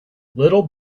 little